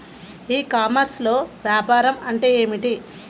ఈ కామర్స్లో వ్యాపారం అంటే ఏమిటి?